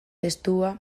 testua